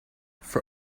for